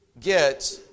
get